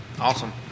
Awesome